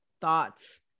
thoughts